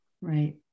right